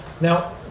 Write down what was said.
Now